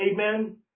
Amen